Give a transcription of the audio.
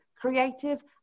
creative